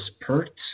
Pert